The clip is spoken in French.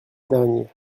dernier